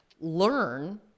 learn